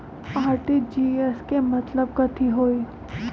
RTGS के मतलब कथी होइ?